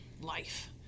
life